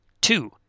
Two